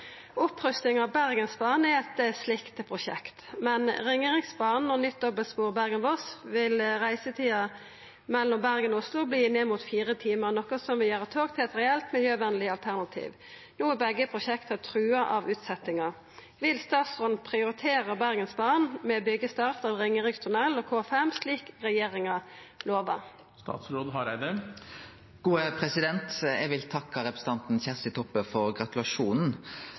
Opprusting av Bergensbanen er eit slikt prosjekt. Med Ringeriksbanen og nytt dobbeltspor Bergen–Voss vil reisetida mellom Bergen og Oslo bli ned mot fire timar, noko som vil gjera tog til eit reelt miljøvenleg alternativ. No er begge prosjekta truga av utsettingar. Vil statsråden prioritera Bergensbanen med byggjestart av Ringerikstunnel og K5, slik regjeringa lova?» Eg vil takke representanten Kjersti Toppe for gratulasjonen.